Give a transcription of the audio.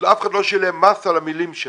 אף אחד עוד לא ישלם מס על המילים שלו.